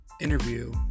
interview